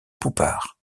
poupart